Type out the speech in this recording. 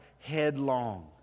headlong